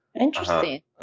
Interesting